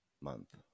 month